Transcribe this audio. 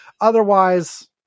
Otherwise